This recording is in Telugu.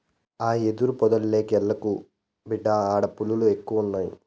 ఆ యెదురు పొదల్లోకెల్లగాకు, బిడ్డా ఆడ పులిలెక్కువున్నయి